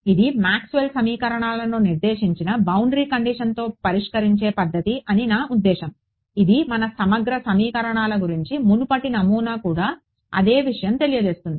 ఇది మాక్స్వెల్ సమీకరణాలను నిర్దేశించిన బౌండరీ కండిషన్తో పరిష్కరించే పద్ధతి అని నా ఉద్దేశ్యం ఇది సమగ్ర సమీకరణాల గురించి మునుపటి నమూనా కూడా అదే విషయం తెలియజేస్తుంది